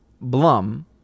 Blum